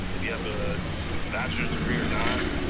if you have a bachelor's degree or not,